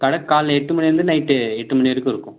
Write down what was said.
கடை காலையில் எட்டு மணியிலேருந்து நைட்டு எட்டு மணி வரைக்கும் இருக்கும்